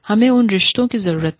हमें उन रिश्तों की जरूरत है